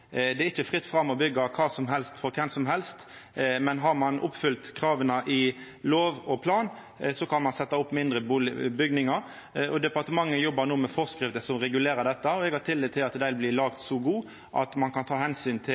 Det er ikkje fritt fram for kven som helst å byggja kva som helst, men har ein oppfylt krava i plan- og bygningsloven, kan ein setja opp mindre bygningar. Departementet jobbar no med forskrifter som regulerer dette. Eg har tillit til at dei blir så gode at ein kan ta omsyn til